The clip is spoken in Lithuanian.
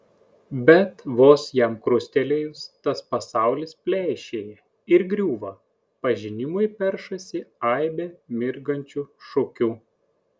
bet vos jam krustelėjus tas pasaulis pleišėja ir griūva pažinimui peršasi aibė mirgančių šukių